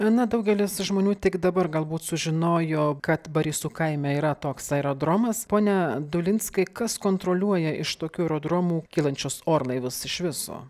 na daugelis žmonių tik dabar galbūt sužinojo kad barysų kaime yra toks aerodromas pone dulinskai kas kontroliuoja iš tokių aerodromų kylančius orlaivius iš viso